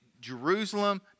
Jerusalem